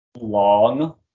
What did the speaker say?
long